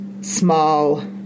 small